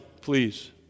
please